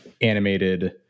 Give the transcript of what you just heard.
animated